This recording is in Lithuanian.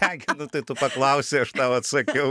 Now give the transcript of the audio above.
ką gi nu tai tu paklausei aš tau atsakiau